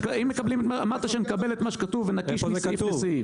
אמרת שנקבל את מה שכתוב ונקיש מסעיף לסעיף.